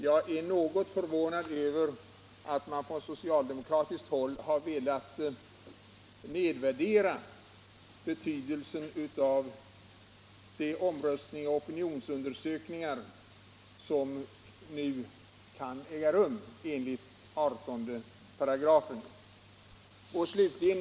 Jag måste dock uttala förvåning över att man från socialdemokratiskt håll i debatten har velat nedvärdera betydelsen av de omröstningar och opinionsundersökningar som i framtiden skall kunna äga rum enligt bestämmelsen i 2 kap. 185.